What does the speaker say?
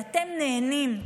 ואתם נהנים,